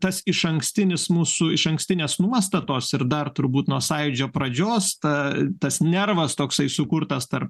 tas išankstinis mūsų išankstinės nuostatos ir dar turbūt nuo sąjūdžio pradžios ta tas nervas toksai sukurtas tarp